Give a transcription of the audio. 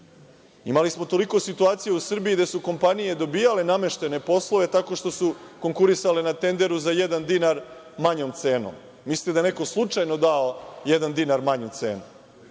Imali smo toliko situacija u Srbiji gde su kompanije dobijale nameštene poslove tako što su konkurisale na tenderu za jedan dinar manjom cenom. Mislite da je neko slučajno dao jedan dinar manju cenu?